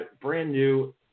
brand-new